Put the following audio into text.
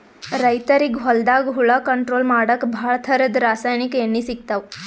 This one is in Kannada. ರೈತರಿಗ್ ಹೊಲ್ದಾಗ ಹುಳ ಕಂಟ್ರೋಲ್ ಮಾಡಕ್ಕ್ ಭಾಳ್ ಥರದ್ ರಾಸಾಯನಿಕ್ ಎಣ್ಣಿ ಸಿಗ್ತಾವ್